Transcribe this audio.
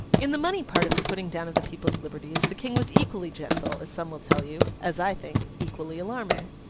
in the money part of the putting down of the people's liberties, the king was equally gentle, as some will tell you as i think, equally alarming.